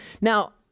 Now